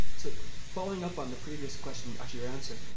so following up on the previous question, actually your answer,